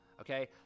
okay